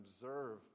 observe